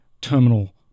terminal